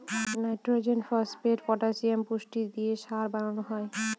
nitrogen, phosphate, potassium পুষ্টি দিয়ে সার বানানো হয়